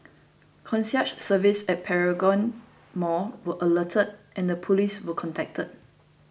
concierge services at Paragon mall were alerted and the police were contacted